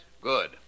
Good